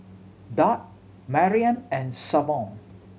Duard Maryann and Savon